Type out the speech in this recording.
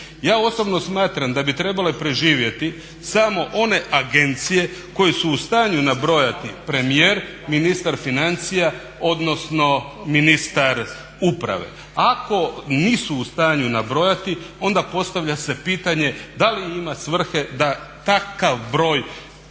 Ja osobno smatram da bi trebale preživjeti samo one agencije koje su u stanju nabrojati premijer, ministar financija odnosno ministar uprave. Ako nisu u stanju nabrojati onda postavlja se pitanje da li ima svrhe da takav broj